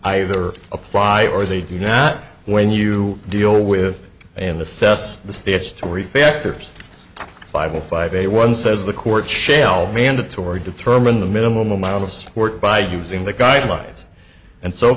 either apply or they do not when you deal with in the sest the statutory factors five zero five eight one says the court shall mandatory determine the minimum amount of support by using the guidelines and so